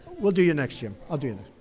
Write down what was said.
we'll do you next, jim. i'll do